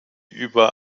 über